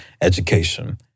education